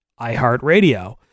iHeartRadio